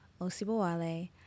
Osibowale